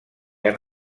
han